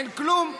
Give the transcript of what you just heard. אין כלום.